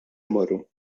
mmorru